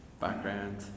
background